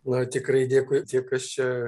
na tikrai dėkui tiek aš čia